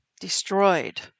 destroyed